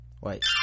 wait